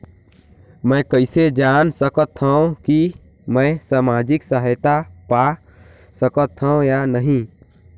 मै कइसे जान सकथव कि मैं समाजिक सहायता पा सकथव या नहीं?